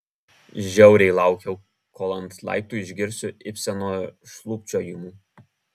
žiauriai laukiau kol ant laiptų išgirsiu ibseno šlubčiojimų